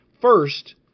first